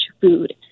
food